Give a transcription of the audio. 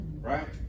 Right